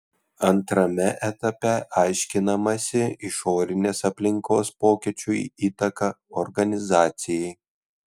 antrame etape aiškinamasi išorinės aplinkos pokyčių įtaka organizacijai